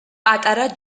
პატარა